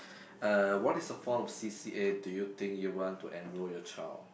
uh what is the form of C_C_A do you think you want to enroll your child